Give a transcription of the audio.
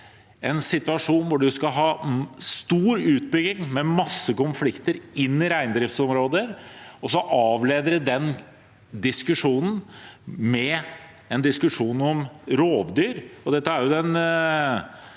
en situasjon hvor man skal ha stor utbygging med masse konflikter i reindriftsområder, og så avleder de den diskusjonen med en diskusjon om rovdyr. Dette er med